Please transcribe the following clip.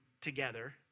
together